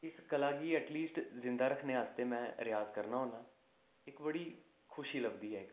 इस कला गी ऐटलीसट जिंदा रखने आस्तै मैं रेयाज करना होन्नां इक बड़ी खुशी लभदी ऐ इक